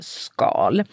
skal